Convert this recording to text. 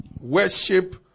Worship